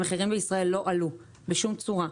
המחירים בישראל לא עלו בשום צורה.